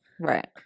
right